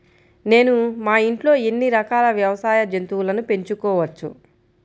నేను మా ఇంట్లో ఎన్ని రకాల వ్యవసాయ జంతువులను పెంచుకోవచ్చు?